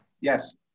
Yes